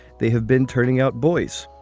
they have been turning out boys.